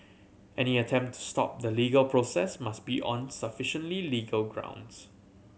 any attempt to stop the legal process must be on sufficiently legal grounds